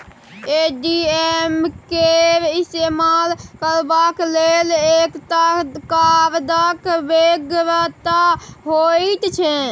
ATM केर इस्तेमाल करबाक लेल एकटा कार्डक बेगरता होइत छै